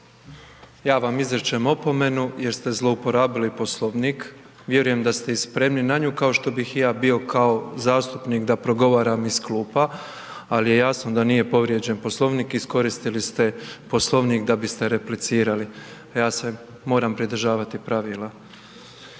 ja vam izričem opomenu jer ste zlouporabili Poslovnik, vjerujem da ste spremni na nju kao što bih kao i ja bio kao zastupnik da progovaram iz klupa, ali je jasno da nije povrijeđen Poslovnik. Iskoristili ste Poslovnik da biste replicirali, a ja se moram pridržavati pravila.